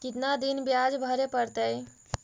कितना दिन बियाज भरे परतैय?